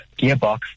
gearbox